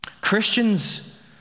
Christians